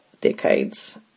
decades